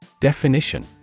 Definition